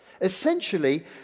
Essentially